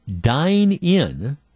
dine-in